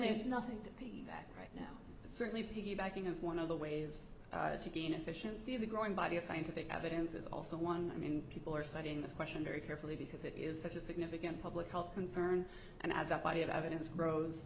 there's nothing that right now certainly piggybacking as one of the ways to gain efficiency of the growing body of scientific evidence is also one i mean people are studying this question very carefully because it is such a significant public health concern and as that body of evidence grows